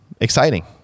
exciting